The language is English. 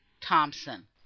thompson